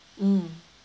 mm